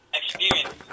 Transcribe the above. experience